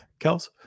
Kels